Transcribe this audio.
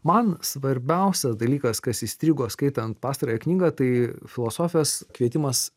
man svarbiausias dalykas kas įstrigo skaitant pastarąją knygą tai filosofijos kvietimas